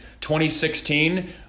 2016